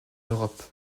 europe